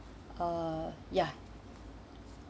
uh ya